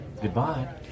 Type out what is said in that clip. Goodbye